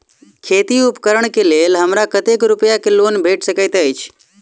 खेती उपकरण केँ लेल हमरा कतेक रूपया केँ लोन भेटि सकैत अछि?